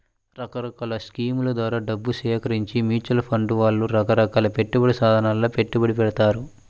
రకరకాల స్కీముల ద్వారా డబ్బు సేకరించి మ్యూచువల్ ఫండ్ వాళ్ళు రకరకాల పెట్టుబడి సాధనాలలో పెట్టుబడి పెడతారు